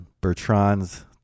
Bertrand's